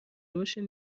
باشین